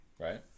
right